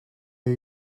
new